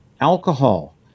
Alcohol